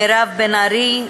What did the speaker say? מירב בן ארי,